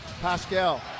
Pascal